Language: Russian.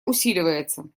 усиливается